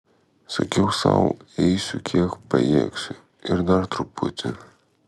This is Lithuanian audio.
sakiau sau eisiu kiek pajėgsiu ir dar truputį